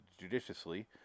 judiciously